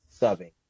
subbing